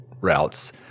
routes